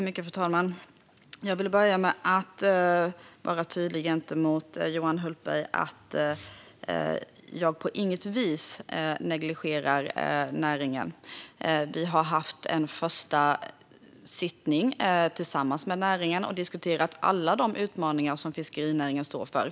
Fru talman! Jag vill börja med att vara tydlig mot Johan Hultberg med att jag på inget vis negligerar näringen. Vi har haft en första sittning tillsammans med fiskerinäringen och diskuterat alla de utmaningar som den står inför.